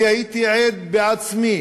אני הייתי עד בעצמי